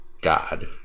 God